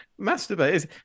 Masturbate